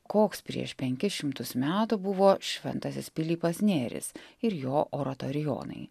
koks prieš penkis šimtus metų buvo šventasis pilypas nėris ir jo oratorijonai